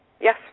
Yes